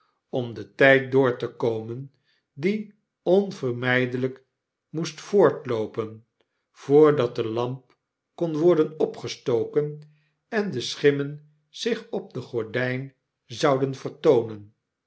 om den tijd door te komen die onvermijdelijk moest voortloopen voordat de lamp kon worden opgestoken en de schimmen zich opdegordijn zouden vertoonen